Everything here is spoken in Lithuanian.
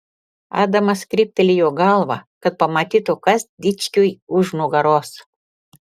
adamas kryptelėjo galvą kad pamatytų kas dičkiui už nugaros